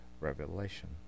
Revelation